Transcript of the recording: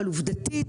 אבל עובדתית,